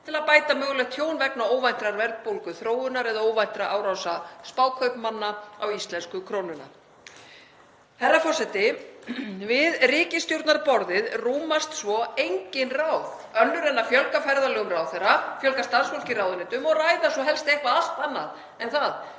til að bæta mögulegt tjón vegna óvæntrar verðbólguþróunar eða óvæntra árása spákaupmanna á íslensku krónuna. Herra forseti. Við ríkisstjórnarborðið rúmast svo engin ráð önnur en að fjölga ferðalögum ráðherra, fjölga starfsfólki í ráðuneytum og ræða svo helst eitthvað allt annað en það